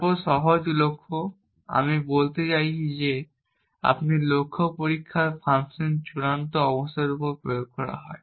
তারপর সহজ লক্ষ্য আমি বলতে চাচ্ছি যে আমরা লক্ষ্য পরীক্ষা ফাংশন চূড়ান্ত অবস্থা উপর প্রয়োগ করা হয়